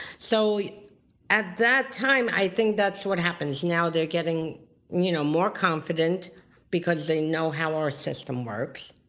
so at that time i think that's what happens. now they're getting you know more confident because they know how our system works.